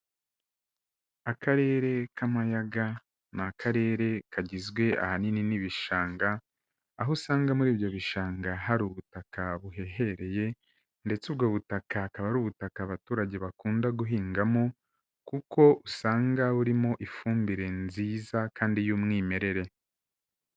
Akarere k'Amayaga ni akarere kagizwe ahanini n'ibishanga, aho usanga muri ibyo bishanga hari ubutaka buhehereye, ndetse ubwo butaka akaba ari ubutaka abaturage bakunda guhingamo, kuko usanga burimo ifumbire nziza kandi y'umwimerere.